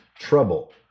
trouble